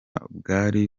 bwari